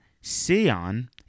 Sion